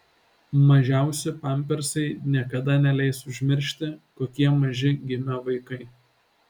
mažiausi pampersai niekada neleis užmiršti kokie maži gimė vaikai